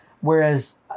whereas